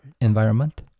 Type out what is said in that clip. environment